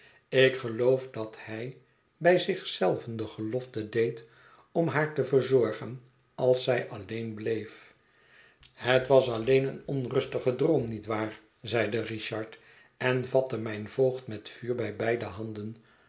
ik geloof dat hij bij zich zelven de gelofte deed om haar te verzorgen als zij alleen bleef het was alleen een onrustige droom niet waar zeide richard en vatte mijn voogd met vuur bij beide handen